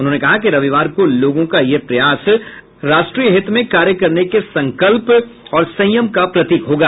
उन्होंने कहा कि रविवार को लोगों का यह प्रयास राष्ट्रीय हित में कार्य करने के संकल्प और संयम का प्रतीक होगा